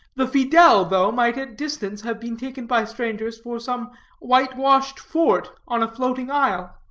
the fiddle, though might at distance have been taken by strangers for some whitewashed fort on a floating isle.